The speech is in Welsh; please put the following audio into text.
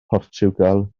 mhortiwgal